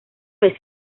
vez